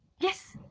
yes,